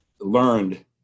learned